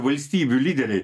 valstybių lyderiai